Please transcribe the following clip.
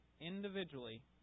individually